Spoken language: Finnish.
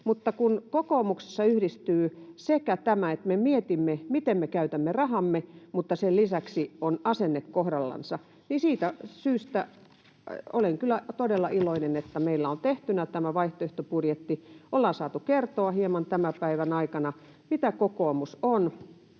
kohdallaan. Kokoomuksessa yhdistyy se, että me mietimme, miten me käytämme rahamme, ja sen lisäksi on asenne kohdallansa. Siitä syystä olen kyllä todella iloinen, että meillä on tehtynä tämä vaihtoehtobudjetti, ollaan saatu kertoa tämän päivän aikana hieman, mitä kokoomus on,